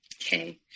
Okay